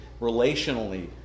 relationally